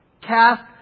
cast